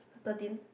thirteen